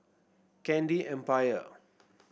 Candy Empire